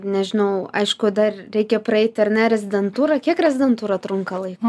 nežinau aišku dar reikia praeiti ar ne rezidentūrą kiek rezidentūra trunka laiko